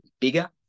bigger